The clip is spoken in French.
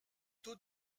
taux